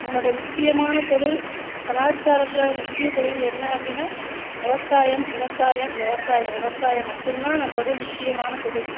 நம்முடைய முக்கியமான தொழில் கலாச்சாரத்தில் முக்கிய தொழில் என்ன அப்படின்னா விவசாயம் விவசாயம் விவசாயம் விவசாயம் மட்டும்தான் நம்பளுடைய முக்கியமான தொழில்